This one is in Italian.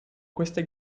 queste